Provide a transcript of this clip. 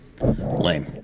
lame